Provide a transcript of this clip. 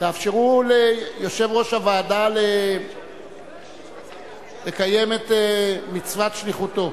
תאפשרו ליושב-ראש הוועדה לקיים את מצוות שליחותו.